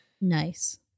Nice